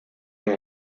los